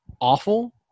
awful